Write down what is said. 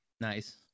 nice